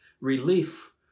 relief